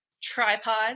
tripod